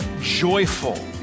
joyful